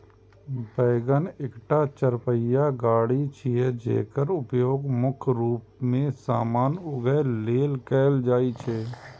wagon एकटा चरपहिया गाड़ी छियै, जेकर उपयोग मुख्य रूप मे सामान उघै लेल कैल जाइ छै